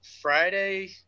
Friday